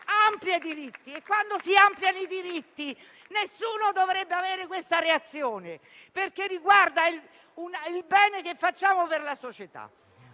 E quando si estendono i diritti, nessuno dovrebbe avere questa reazione perché riguarda il bene che facciamo alla società.